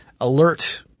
alert